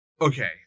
Okay